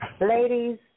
Ladies